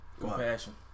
Compassion